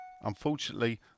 Unfortunately